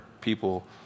people